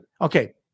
okay